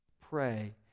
pray